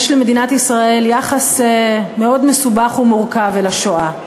יש למדינת ישראל יחס מאוד מסובך ומורכב לשואה.